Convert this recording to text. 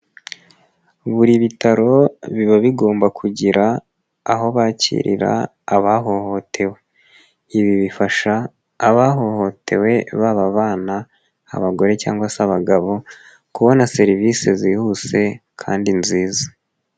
Buri bitaro biba bigomba kugira aho bakirira abahohotewe. Ibi bifasha abahohotewe baba abana, abagore cyangwa se abagabo kubona serivisi zihuse kandi nziza.